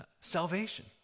salvation